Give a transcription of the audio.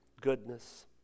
Goodness